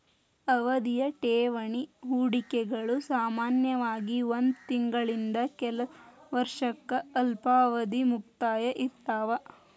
ಅವಧಿಯ ಠೇವಣಿ ಹೂಡಿಕೆಗಳು ಸಾಮಾನ್ಯವಾಗಿ ಒಂದ್ ತಿಂಗಳಿಂದ ಕೆಲ ವರ್ಷಕ್ಕ ಅಲ್ಪಾವಧಿಯ ಮುಕ್ತಾಯ ಇರ್ತಾವ